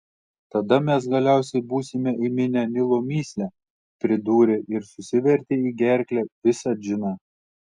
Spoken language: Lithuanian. tada mes galiausiai būsime įminę nilo mįslę pridūrė ir susivertė į gerklę visą džiną